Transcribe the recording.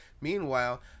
Meanwhile